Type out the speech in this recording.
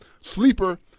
Sleeper